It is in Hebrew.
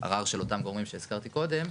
ערר של אותם גורמים שהזכרתי קודם,